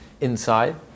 inside